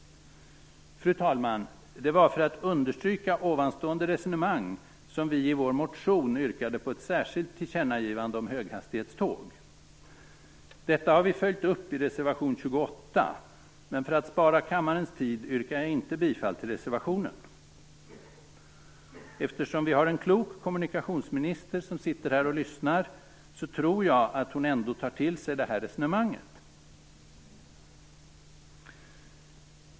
Fru talman! Det var för att understryka ovanstående resonemang som vi i vår motion yrkade på ett särskilt tillkännagivande om höghastighetståg. Detta har vi följt upp i reservation 28, men för att spara kammarens tid yrkar jag inte bifall till reservationen. Eftersom vi har en klok kommunikationsminister som sitter här och lyssnar tror jag att hon ändå tar till sig det här resonemanget.